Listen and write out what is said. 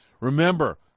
remember